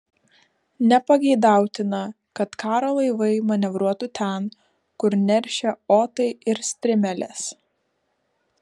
nepageidautina kad karo laivai manevruotų ten kur neršia otai ir strimelės